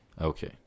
okay